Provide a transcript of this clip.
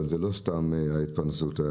זו לא סתם התפרנסות.